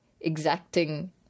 exacting